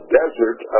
desert